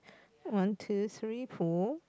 one two three four